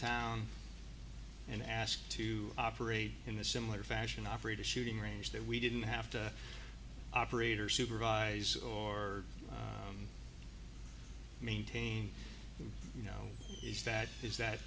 town and asked to operate in a similar fashion operate a shooting range that we didn't have to operate or supervise or maintain them you know is that is that